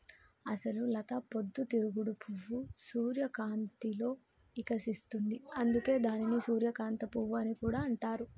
అసలు లత పొద్దు తిరుగుడు పువ్వు సూర్యకాంతిలో ఇకసిస్తుంది, అందుకే దానిని సూర్యకాంత పువ్వు అని కూడా అంటారు